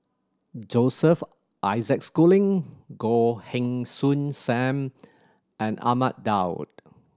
Joseph Isaac Schooling Goh Heng Soon Sam and Ahmad Daud